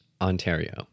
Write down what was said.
Ontario